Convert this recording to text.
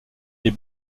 est